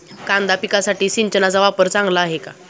कांदा पिकासाठी सिंचनाचा वापर चांगला आहे का?